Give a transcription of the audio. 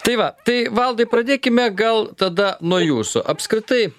tai va tai valdai pradėkime gal tada nuo jūsų apskritai